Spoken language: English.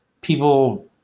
people